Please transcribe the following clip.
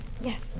Yes